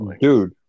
Dude